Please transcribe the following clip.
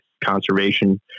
conservation